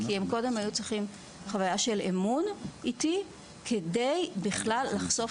כי הם קודם היו צריכים חוויה של אמון איתי כדי בכלל לחשוף